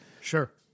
Sure